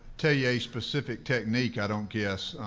tell you a a specific technique, i don't guess.